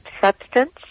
substance